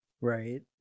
right